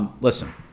Listen